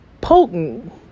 potent